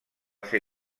ser